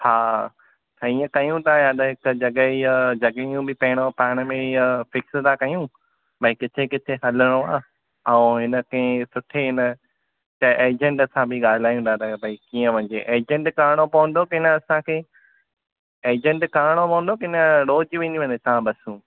हा साईं हीअं कयूं था या त हिकु जॻहि इहा जॻहियूं बि पहिरों पाण में हीअं फ़िक्स था कयूं भाई किथे किथे हलणो आहे ऐं हिनखे सुठे हिन कंहिं ऐजेंट सां बि ॻाल्हायूं था त भई कीअं वञिजे एजेंट करणो पवंदो की न असांखे एजेंट करणो पवंदो की न रोज़ जूं ईंदियूं आहिनि हितां बसूं